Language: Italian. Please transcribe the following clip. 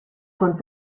con